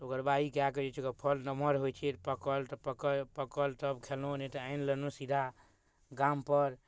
तऽ ओगरबाही कै कऽ जे छै ओकर फल नमहर होइ छै तऽ पकल तऽ पकल पकल तब खेलहुॅं नहि तऽ आनि लेनहुॅं सीधा गाम पर